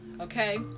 okay